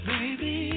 Baby